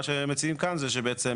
מה שמציעים כאן, זה שבעצם